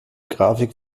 grafik